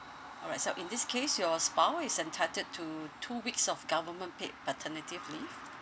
alright so in this case your spou~ is entitled to two weeks of government paid paternity leave